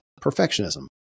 perfectionism